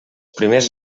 primers